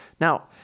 Now